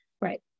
Right